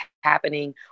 happening